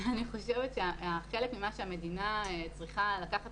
אני חושבת שחלק ממה שהמדינה צריכה לקחת